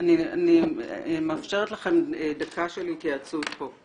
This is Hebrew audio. אני מאפשרת לכם דקה של התייעצות פה.